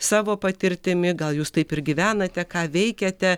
savo patirtimi gal jūs taip ir gyvenate ką veikiate